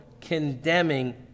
condemning